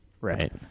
Right